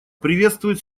приветствует